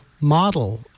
model